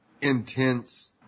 intense